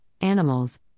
animals